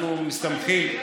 אנחנו מסתמכים,